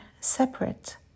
separate